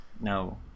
no